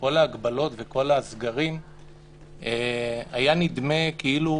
והוסרו כל ההגבלות וכל הסגרים היה נדמה כאילו